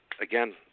again